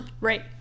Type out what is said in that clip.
Right